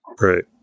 Right